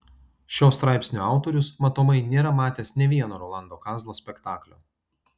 šio straipsnio autorius matomai nėra matęs nė vieno rolando kazlo spektaklio